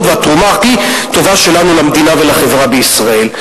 והתרומה הכי טובה שלנו למדינה ולחברה בישראל.